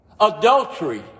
Adultery